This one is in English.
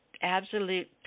absolute